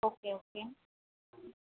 okay okay